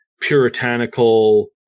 puritanical